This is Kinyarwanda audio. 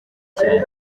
cyane